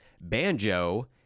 banjo